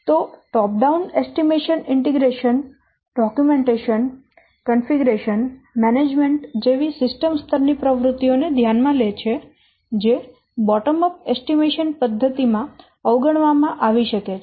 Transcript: તો top down અંદાજ એકીકરણ ડોક્યુમેન્ટેશન ગોઠવણી વ્યવસ્થાપન જેવી સિસ્ટમ સ્તર ની પ્રવૃત્તિઓને ધ્યાનમાં લે છે જે બોટમ અપ અંદાજ પદ્ધતિ માં અવગણવામાં આવી શકે છે